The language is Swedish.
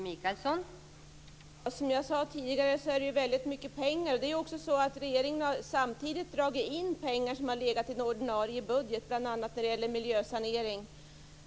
Fru talman! Som jag sade tidigare är det ju väldigt mycket pengar. Regeringen har samtidigt dragit in pengar som har legat i ordinarie budget, bl.a. när det gäller miljösanering.